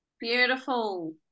Beautiful